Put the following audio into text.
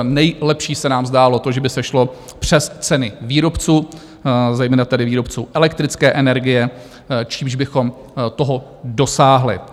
Nejlepší se nám zdálo to, že by se šlo přes ceny výrobců, zejména tedy výrobců elektrické energie, čímž bychom toho dosáhli.